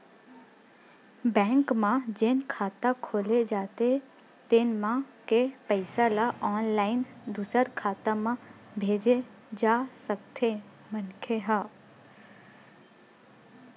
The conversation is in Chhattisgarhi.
बेंक म जेन खाता खोले जाथे तेन म के पइसा ल ऑनलाईन दूसर खाता म भेजे जा सकथे मनखे ह